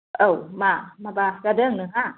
औ मा माबा जादों नोंहा